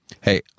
Hey